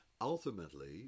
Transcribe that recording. Ultimately